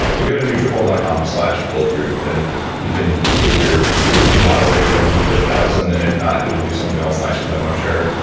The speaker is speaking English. so go to nutrafol dot com slash bulletproof, and you can get your get your free bottle if you're one of the first thousand, and if not, you'll do something else nice for them, i'm sure.